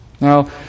Now